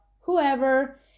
whoever